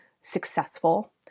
successful